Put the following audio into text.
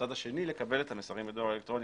הצד השני לקבל את המסרים בדואר אלקטרוני.